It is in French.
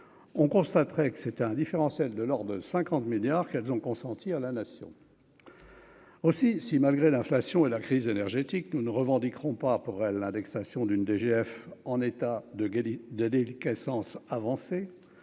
on constaterait que c'était indifférent, celle de lors de 50 milliards qu'elles ont consenti à la nation aussi si malgré l'inflation et la crise énergétique nous ne revendiqueront pas pour elle, l'indexation d'une DGF en état de gagner de déliquescence avancée